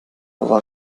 war